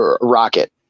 rocket